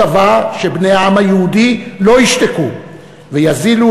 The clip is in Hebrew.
הוא תבע שבני העם היהודי לא ישתקו ויזילו